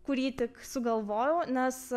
kurį tik sugalvojau nes